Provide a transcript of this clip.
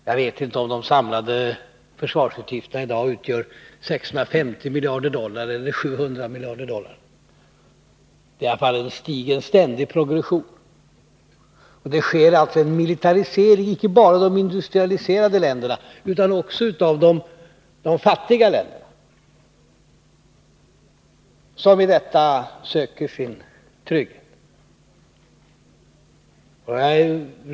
Jag vet inte om de samlade försvarsutgifterna i dag utgör 650 eller 700 miljarder dollar — de är i alla fall i ständig progression. Det sker en militarisering icke bara i de industrialiserade länderna utan också i de fattiga länderna, som söker sin trygghet däri.